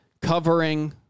covering